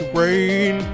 rain